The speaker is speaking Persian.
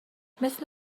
مثل